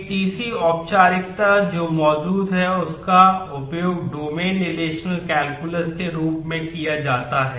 एक तीसरी औपचारिकता जो मौजूद है उसका उपयोग डोमेन रिलेशनल कैलकुलस के रूप में किया जाता है